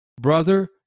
brother